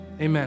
Amen